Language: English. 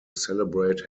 celebrate